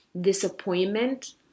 disappointment